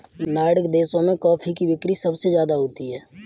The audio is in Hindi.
नार्डिक देशों में कॉफी की बिक्री सबसे ज्यादा होती है